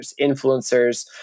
influencers